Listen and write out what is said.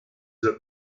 that